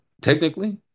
technically